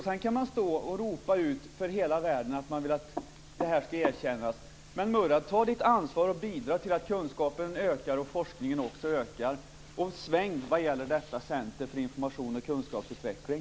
Sedan kan man stå och ropa ut för hela världen att det här ska erkännas. Murad Artin måste ta sitt ansvar och bidra till att kunskapen och forskningen ökar. Ändra uppfattning vad gäller detta center för information och kunskapsutveckling.